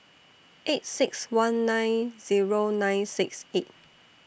eight six one nine Zero nine six eight